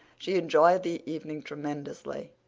she enjoyed the evening tremendously,